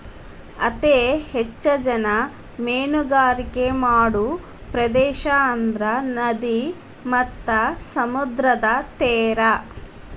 ಅತೇ ಹೆಚ್ಚ ಜನಾ ಮೇನುಗಾರಿಕೆ ಮಾಡು ಪ್ರದೇಶಾ ಅಂದ್ರ ನದಿ ಮತ್ತ ಸಮುದ್ರದ ತೇರಾ